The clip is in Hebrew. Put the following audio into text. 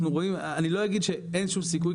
אני לא אגיד שאין שום סיכוי,